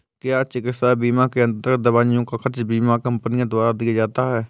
क्या चिकित्सा बीमा के अन्तर्गत दवाइयों का खर्च बीमा कंपनियों द्वारा दिया जाता है?